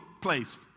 place